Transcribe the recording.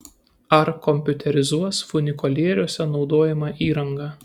ar kompiuterizuos funikulieriuose naudojamą įrangą